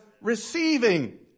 receiving